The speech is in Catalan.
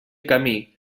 camí